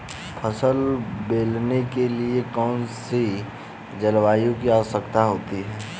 फसल बोने के लिए कौन सी जलवायु की आवश्यकता होती है?